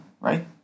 right